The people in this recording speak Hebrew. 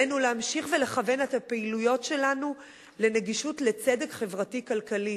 עלינו להמשיך ולכוון את הפעילויות שלנו לנגישות לצדק חברתי-כלכלי,